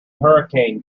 hurricane